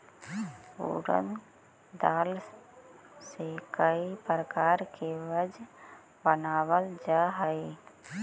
उड़द दाल से कईक प्रकार के व्यंजन बनावल जा हई